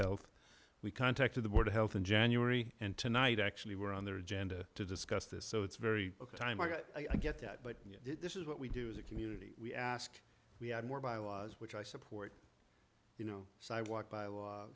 health we contacted the board of health in january and tonight actually were on their agenda to discuss this so it's very time i get that but this is what we do as a community we ask we have more bylaws which i support you know sidewalk by law